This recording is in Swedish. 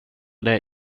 det